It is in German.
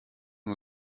nur